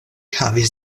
havis